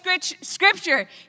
scripture